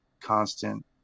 constant